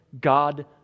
God